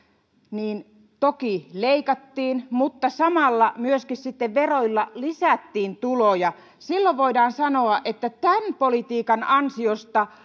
niin toki leikattiin mutta samalla sitten myöskin veroilla lisättiin tuloja silloin voidaan sanoa että tämän politiikan ansiosta